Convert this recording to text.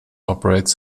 operates